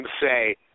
say